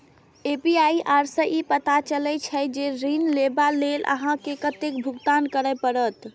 APR सं ई पता चलै छै, जे ऋण लेबा लेल अहां के कतेक भुगतान करय पड़त